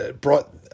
brought